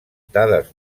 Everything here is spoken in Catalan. dades